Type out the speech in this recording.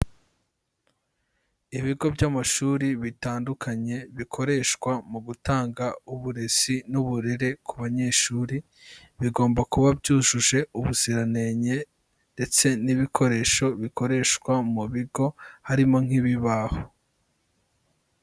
Ibigo by'amashuri bitandukanye bikoreshwa mu gutanga uburezi n'uburere ku banyeshuri, bigomba kuba byujuje ubuziranenge ndetse n'ibikoresho bikoreshwa mu bigo harimo nk'ibibaho.